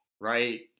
right